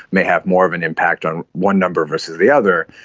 may have more of an impact on one number versus the other,